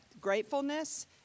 gratefulness